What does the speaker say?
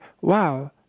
Wow